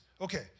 Okay